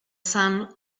sun